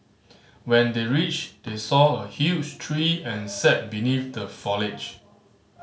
when they reached they saw a huge tree and sat beneath the foliage